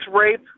rape